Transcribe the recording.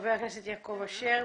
חבר הכנסת יעקב אשר,